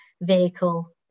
vehicle